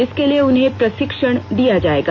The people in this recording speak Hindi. इसके लिए उन्हें प्रशिक्षण दिया जाएगा